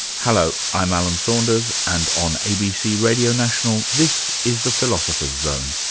hello, i'm alan saunders and on abc radio national this is the philosopher's zone.